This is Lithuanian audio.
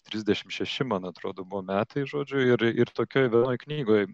trisdešim šeši man atrodo buvo metai žodžiu ir ir tokioj vienoj knygoj